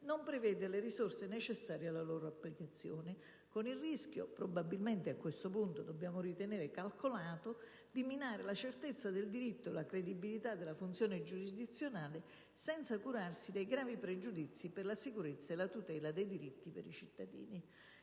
non prevede le risorse necessarie alla loro applicazione, con il rischio (che probabilmente a questo punto dobbiamo ritenere calcolato) di minare la certezza del diritto e la credibilità della funzione giurisdizionale, senza curarsi dei gravi pregiudizi per la sicurezza e la tutela dei diritti dei cittadini.